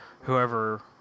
whoever